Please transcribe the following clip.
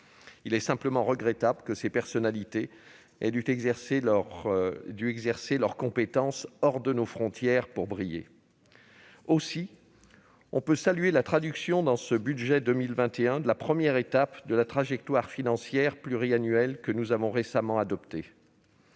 Il est regrettable que de telles personnalités aient dû exercer leurs compétences hors de nos frontières pour briller. Aussi peut-on saluer la traduction, dans ce budget 2021, de la première étape de la trajectoire financière pluriannuelle que nous avons récemment adoptée.